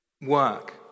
work